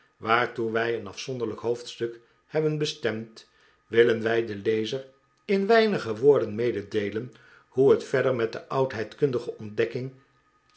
waartoe wij een afzonderlijk hoofdstuk hebben besfp md willen wij den lezer inweinig woorden mededeelen hoe het verder met de oudheidkundige ontdekking